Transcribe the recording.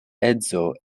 edzo